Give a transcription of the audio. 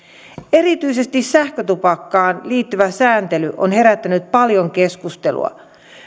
erityisesti sähkötupakkaan liittyvä sääntely on herättänyt paljon keskustelua